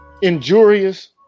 injurious